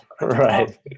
right